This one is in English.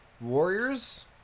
Warriors